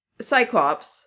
Cyclops